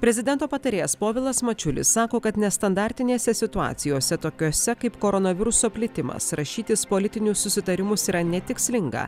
prezidento patarėjas povilas mačiulis sako kad nestandartinėse situacijose tokiose kaip koronaviruso plitimas rašytis politinius susitarimus yra netikslinga